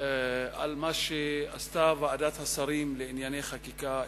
על מה שעשתה ועדת השרים לענייני חקיקה אתמול.